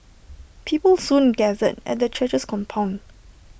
people soon gathered at the church's compound